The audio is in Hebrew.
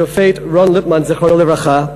השופט רון ליפמן, זיכרונו לברכה,